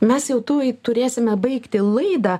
mes jau tuoj turėsime baigti laidą